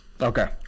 Okay